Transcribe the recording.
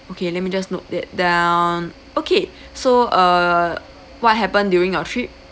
okay let me just note that down okay so uh what happened during your trip